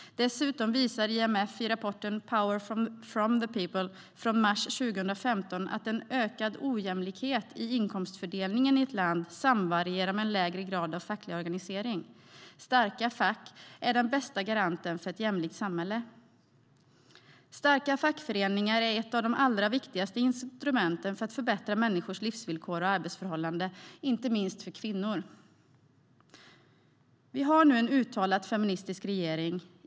Dessutom visar IMF i rapporten Power from the People från mars 2015 att en ökad ojämlik inkomstfördelning i ett land samvarierar med en lägre grad av facklig organisering. Starka fack är den bästa garanten för ett jämlikt samhälle. Starka fackföreningar är ett av de allra viktigaste instrumenten för att förbättra människors livsvillkor och arbetsförhållanden, inte minst för kvinnor. Vi har nu en uttalat feministisk regering.